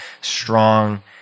strong